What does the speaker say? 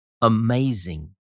amazing